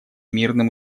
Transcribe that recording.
мирным